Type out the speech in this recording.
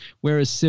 whereas